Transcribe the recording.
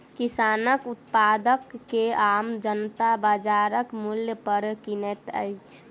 किसानक उत्पाद के आम जनता बाजारक मूल्य पर किनैत छै